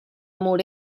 mur